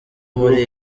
muri